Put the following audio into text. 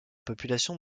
population